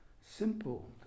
simple